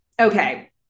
okay